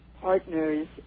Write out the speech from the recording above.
partners